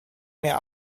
mir